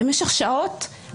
בושה וחרפה מה שאתה אומר.